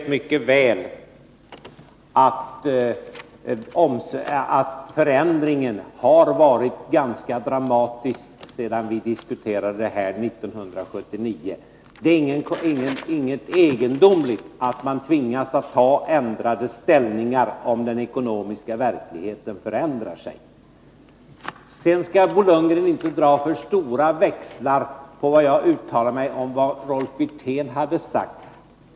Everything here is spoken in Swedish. Fru talman! Bo Lundgren vet mycket väl att förändringen har varit ganska dramatisk sedan vi diskuterade det här ämnet 1979. Det är ingenting egendomligt i att man tvingas ändra inställning om den ekonomiska verkligheten förändras. Sedan skall Bo Lundgren inte dra för stora växlar på vad jag uttalade om vad Rolf Wirtén hade sagt.